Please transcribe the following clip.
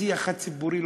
בשיח הציבורי,